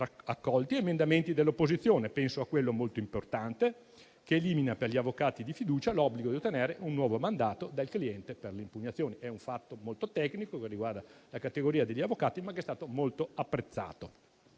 accolti emendamenti dell'opposizione (penso a quello molto importante che elimina, per gli avvocati di fiducia, l'obbligo di ottenere un nuovo mandato dal cliente per l'impugnazione; è un fatto molto tecnico che riguarda la categoria degli avvocati, ma che è stato molto apprezzato).